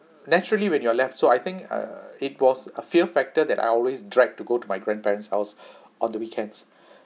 naturally when you're left so I think uh it was a fear factor that I always dread to go to my grandparents house on the weekends